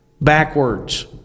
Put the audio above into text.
Backwards